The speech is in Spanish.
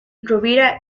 rovira